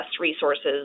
resources